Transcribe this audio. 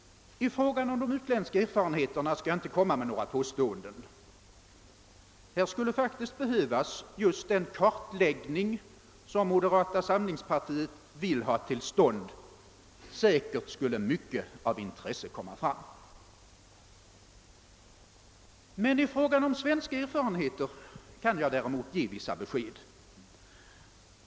I fråga om de utländska erfarenheterna skall jag inte göra några påståenden. Här skulle faktiskt behövas just den kartläggning som moderata samlingspartiet vill ha till stånd — säkert skulle mycket av intresse komma fram. Men i fråga om svenska erfarenheter kan jag däremot ge vissa besked.